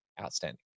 outstanding